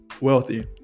wealthy